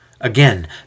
Again